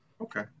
Okay